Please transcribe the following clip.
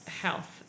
health